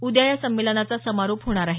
उद्या या संमेलनाचा समारोप होणार आहे